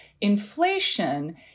inflation